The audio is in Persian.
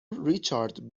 ریچارد